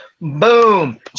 Boom